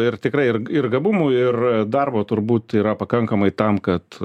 ir tikrai ir ir gabumų ir darbo turbūt yra pakankamai tam kad